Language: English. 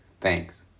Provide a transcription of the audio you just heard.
Thanks